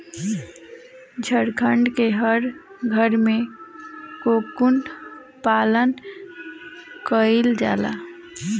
झारखण्ड के हर घरे में कोकून पालन कईला जाला